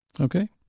Okay